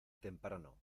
temprano